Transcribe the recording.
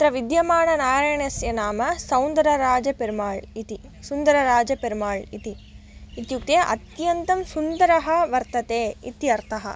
तत्र विद्यमाणनारायणस्य नाम सौन्दरराजपेरुमाल् इति सुन्दरराजपेरुमाल् इति इत्युक्ते अत्यन्तं सुन्दरः वर्तते इति अर्थः